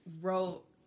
wrote